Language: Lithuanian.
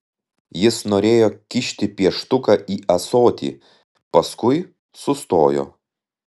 jis norėjo kišti pieštuką į ąsotį paskui sustojo